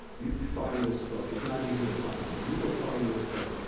you find this book. it's not easy to find, but you go find this book.